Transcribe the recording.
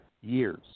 years